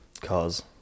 cars